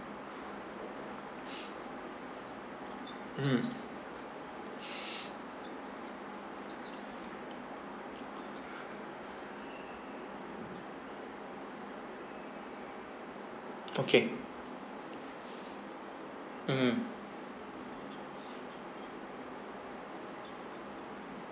mm okay mm